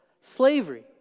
slavery